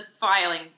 filing